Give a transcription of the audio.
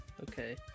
Okay